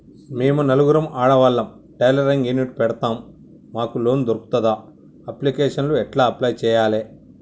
మేము నలుగురం ఆడవాళ్ళం టైలరింగ్ యూనిట్ పెడతం మాకు లోన్ దొర్కుతదా? అప్లికేషన్లను ఎట్ల అప్లయ్ చేయాలే?